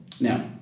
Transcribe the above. Now